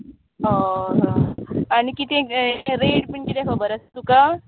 अ ह आनी कितें रेट बीन कितें खबर आसा तुका